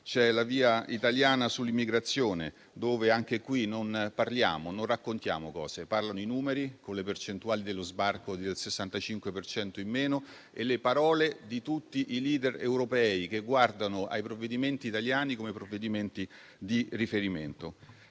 C'è la via italiana sull'immigrazione, e anche qui non raccontiamo cose. Parlano i numeri, con le percentuali dello sbarco del 65 per cento in meno, e le parole di tutti i *leader* europei che guardano ai provvedimenti italiani come provvedimenti di riferimento.